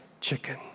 chicken